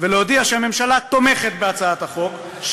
ולהודיע שהממשלה תומכת בהצעת החוק,